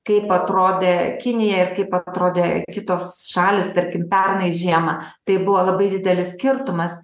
kaip atrodė kinija ir kaip atrodė kitos šalys tarkim pernai žiemą tai buvo labai didelis skirtumas